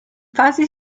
fasi